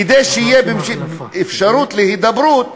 כדי שתהיה אפשרות להידברות.